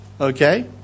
Okay